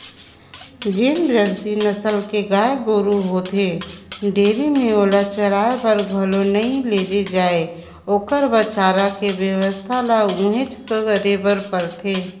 जेन जरसी नसल के गाय गोरु होथे डेयरी में ओला चराये बर घलो नइ लेगे जाय ओखर बर चारा के बेवस्था ल उहेंच करे बर परथे